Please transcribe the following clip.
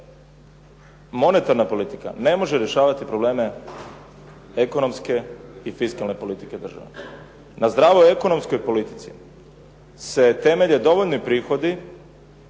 monetarna politika ne može rješavati probleme ekonomske i fiskalne politike države. Na zdravoj ekonomskoj politici se temelje dovoljni prihodi